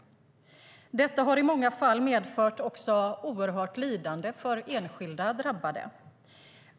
Detta har i många fall medfört oerhört lidande för enskilda drabbade.